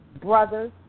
brothers